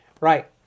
Right